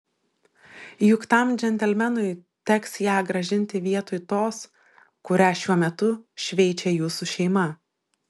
juk tam džentelmenui teks ją grąžinti vietoj tos kurią šiuo metu šveičia jūsų šeima